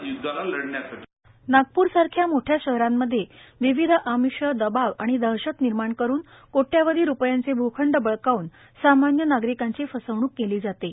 अनिल देशम्ख नागप्र सारख्या मोठ्या शहरांमध्ये विविध आमिष दबाव आणि दहशत निर्माण करून कोट्यवधी रुपयांचे भूखंड बळकावून सामान्य नागरिकांची फसवणूक केली जाते